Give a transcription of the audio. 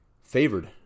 favored